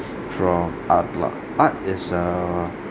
from art lah art is a